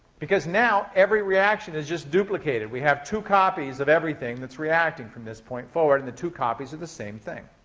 because now every reaction is just duplicated. we have two copies of everything that's reacting, from this point forward, and they're two copies of the same thing.